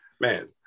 man